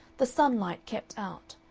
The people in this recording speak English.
the sunlight kept out,